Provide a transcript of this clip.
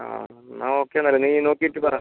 ആ എന്നാൽ ഓക്കേ എന്നാൽ നീ നോക്കിയിട്ട് പറ